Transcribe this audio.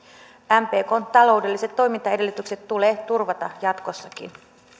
mpkn taloudelliset toimintaedellytykset tulee turvata jatkossakin